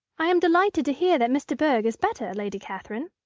i am delighted to hear that miss de bourg is better, lady catherine.